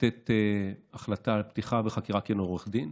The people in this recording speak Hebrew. לתת החלטה על פתיחה בחקירה, כי הוא עורך דין.